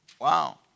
Wow